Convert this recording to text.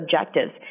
objectives